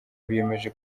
biyemeje